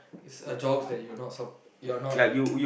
it's a jobs that you're not s~ you're not